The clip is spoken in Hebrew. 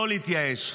לא להתייאש.